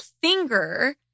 finger